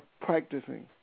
practicing